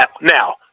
Now